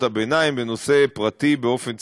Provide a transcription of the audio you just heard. הביניים בנושא "פרטי באופן ציבורי",